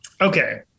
Okay